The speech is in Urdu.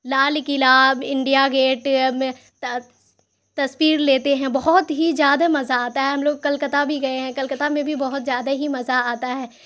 لال قلعہ انڈیا گیٹ تصپیر لیتے ہیں بہت ہی زیادہ مزہ آتا ہے ہم لوگ کلکتہ بھی گئے ہیں کلکتہ میں بھی بہت زیادہ ہی مزہ آتا ہے